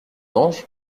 ange